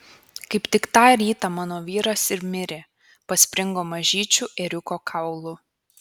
kaip tik tą rytą mano vyras ir mirė paspringo mažyčiu ėriuko kaulu